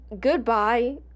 goodbye